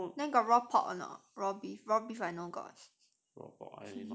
then got raw pork raw beef raw beef I know got